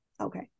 Okay